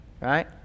right